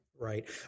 Right